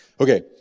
Okay